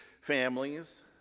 families